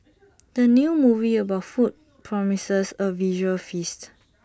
the new movie about food promises A visual feast